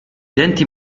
denti